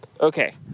Okay